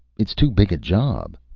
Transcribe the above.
it's too big a job.